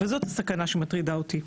וזאת הסכנה שמטרידה אותי,